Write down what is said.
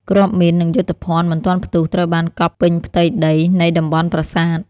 គ្រាប់មីន និងយុទ្ធភណ្ឌមិនទាន់ផ្ទុះត្រូវបានកប់ពេញផ្ទៃដីនៃតំបន់ប្រាសាទ។